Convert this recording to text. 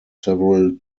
several